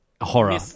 Horror